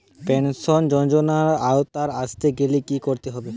Pension যজোনার আওতায় আসতে গেলে কি করতে হবে?